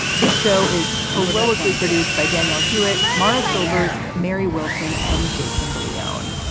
this show is heroically produced by daniel hewitt, maurice silvers, mary wilson and jason de leone.